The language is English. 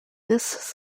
this